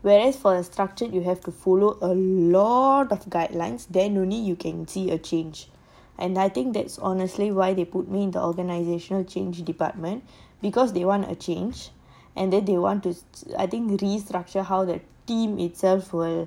whereas for the structure you have to follow a lot of guidelines then only you can see a change and I think that's honestly why they put me in the organisation change department because they want a change and then they want to I think restructure how the team itself will